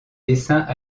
dessins